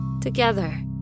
Together